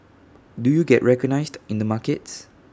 do you get recognised in the markets